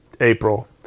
April